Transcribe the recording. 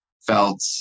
felt